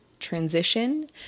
transition